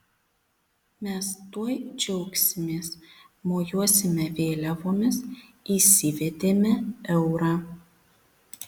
mes tuoj džiaugsimės mojuosime vėliavomis įsivedėme eurą